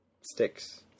sticks